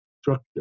structure